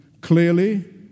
clearly